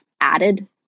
added